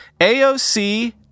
AOC